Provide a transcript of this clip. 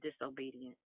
disobedience